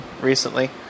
recently